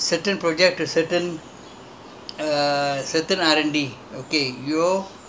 and we cannot do all that product we did these they will assign certain projects to certain